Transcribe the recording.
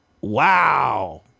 Wow